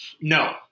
No